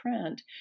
print